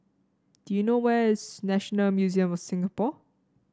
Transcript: do you know where is National Museum of Singapore